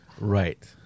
Right